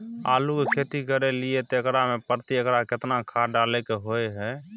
आलू के खेती करे छिये त एकरा मे प्रति एकर केतना खाद डालय के होय हय?